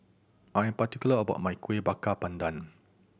I am particular about my Kueh Bakar Pandan